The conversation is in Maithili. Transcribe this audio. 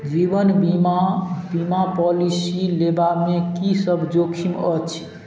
जीवन बीमा बीमा पॉलिसी लेबामे की सब जोखिम अछि